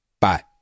Bye